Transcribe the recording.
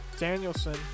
Danielson